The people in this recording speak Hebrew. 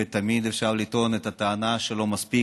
ותמיד אפשר לטעון את הטענה שלא מספיק,